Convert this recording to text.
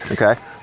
Okay